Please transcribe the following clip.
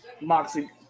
Moxie